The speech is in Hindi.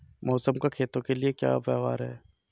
मौसम का खेतों के लिये क्या व्यवहार है?